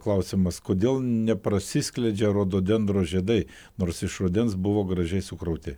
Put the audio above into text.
klausimas kodėl neprasiskleidžia rododendro žiedai nors iš rudens buvo gražiai sukrauti